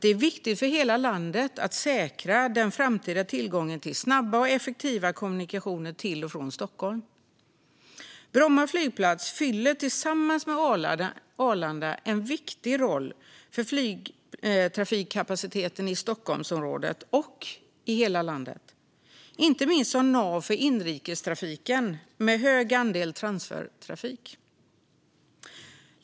Det är viktigt för hela landet att säkra den framtida tillgången till snabba och effektiva kommunikationer till och från Stockholm. Bromma flygplats fyller tillsammans med Arlanda en viktig roll för flygtrafikkapaciteten i Stockholmsområdet och i hela landet, inte minst som nav för inrikestrafiken med stor andel transfertrafik.